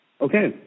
Okay